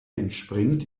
entspringt